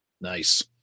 Nice